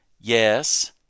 Yes